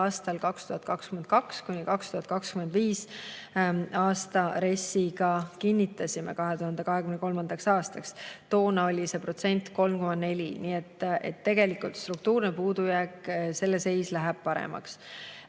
aastal 2022.–2025. aasta RES‑iga kinnitasime 2023. aastaks. Toona oli see 3,4%. Nii et tegelikult struktuurse puudujäägi seis läheb paremaks.